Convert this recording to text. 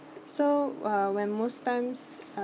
so uh when most times uh